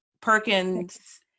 Perkins